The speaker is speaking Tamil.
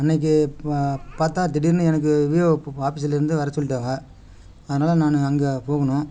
அன்னைக்கு பா பார்த்தா திடீர்னு எனக்கு விஓ பு ஆபீஸுலேருந்து வர சொல்லிட்டாங்க அதனால் நான் அங்கே போகணும்